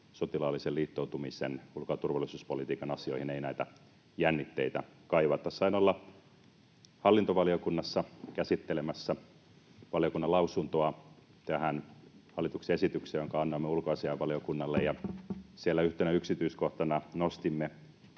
sotilaallisen liittoutumisen, ulko- ja turvallisuuspolitiikan asioihin ei näitä jännitteitä kaivata. Sain olla hallintovaliokunnassa käsittelemässä tähän hallituksen esitykseen valiokunnan lausuntoa, jonka annoimme ulkoasiainvaliokunnalle. Siellä yhtenä yksityiskohtana nostimme